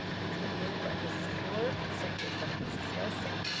it's been moved by miss fluor, and seconded by mrs. yelsey.